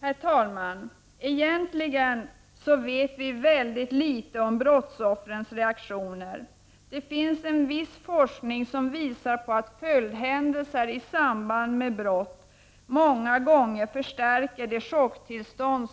Herr talman! Egentligen vet vi ytterst litet om brottsoffrens reaktioner. Det finns en viss forskning som visar att följdhändelser i samband med brott många gånger förstärker det chocktillstånd